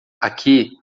aqui